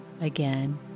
again